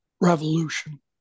revolution